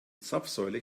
zapfsäule